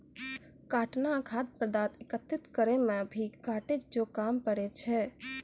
काटना खाद्य पदार्थ एकत्रित करै मे भी काटै जो काम पड़ै छै